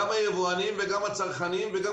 גם היבואנים וגם הצרכנים וגם כולם.